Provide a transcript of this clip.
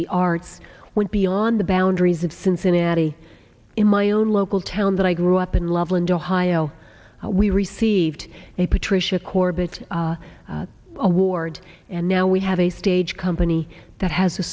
the arts went beyond the boundaries of cincinnati in my own local town that i grew up in loveland ohio we received a patricia corbett award and now we have a stage company that has a